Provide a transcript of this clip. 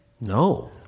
No